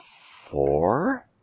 four